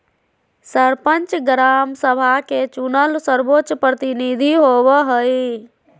सरपंच, ग्राम सभा के चुनल सर्वोच्च प्रतिनिधि होबो हइ